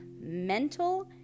mental